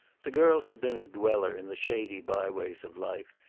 the girl had been a dweller in the shady byways of life,